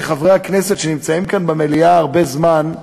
כחברי הכנסת שנמצאים כאן במליאה הרבה זמן,